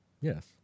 Yes